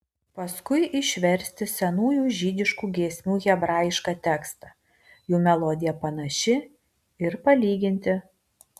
paskui išversti senųjų žydiškų giesmių hebrajišką tekstą jų melodija panaši ir palyginti